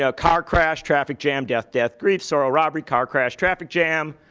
ah car crash, traffic jam, death, death, grief, sorrow, robbery, car crash, traffic jam.